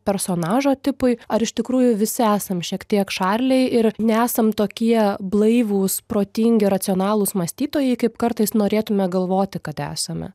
personažo tipui ar iš tikrųjų visi esam šiek tiek šarliai ir nesam tokie blaivūs protingi racionalūs mąstytojai kaip kartais norėtume galvoti kad esame